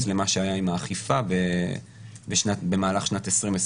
למה שהיה עם האכיפה במהלך שנת 2020,